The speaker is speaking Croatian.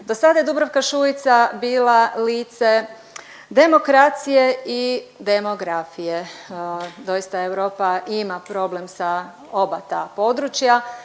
Dosada je Dubravka Šuica bila lice demokracije i demografije. Doista Europa ima problem sa oba ta područja,